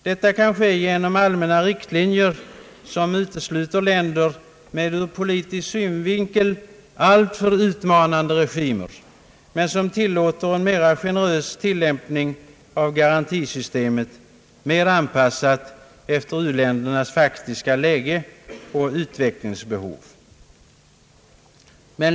Detta kan ske genom allmänna riktlinjer, som utesluter länder med ur politisk synvinkel alltför utmanande regimer men som tillåter en mer generös tillämpning av garantisystemet, mer anpassad efter u-ländernas faktiska läge och utvecklingsbehov.